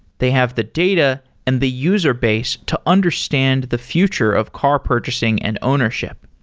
they have the data and the user base to understand the future of car purchasing and ownership.